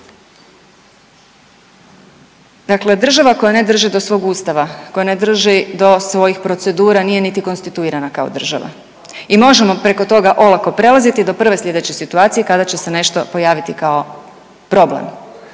Dakle država koja ne drži do svog Ustava, koja ne drži do svojih procedura, nije niti konstituirana kao država. I možemo preko toga olako prelaziti do prve sljedeće situacije kada će se nešto pojaviti kao problem.